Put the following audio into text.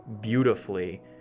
beautifully